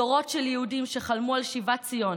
דורות של יהודים שחלמו על שיבת ציון,